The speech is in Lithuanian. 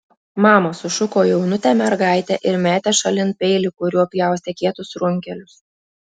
mama sušuko jaunutė mergaitė ir metė šalin peilį kuriuo pjaustė kietus runkelius